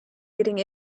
getting